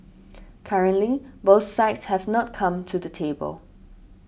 currently both sides have not come to the table